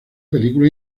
película